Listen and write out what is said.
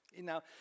Now